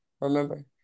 Remember